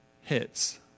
hits